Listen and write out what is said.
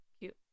cute